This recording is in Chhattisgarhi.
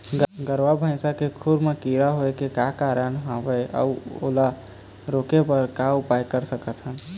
गरवा भैंसा के खुर मा कीरा हर होय का कारण हवए अऊ ओला रोके बर का उपाय कर सकथन?